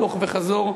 הלוך וחזור,